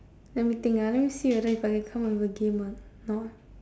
let me think ah let me see whether if I can come up with a game or not now